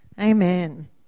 Amen